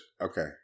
Okay